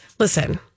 Listen